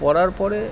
পড়ার পরে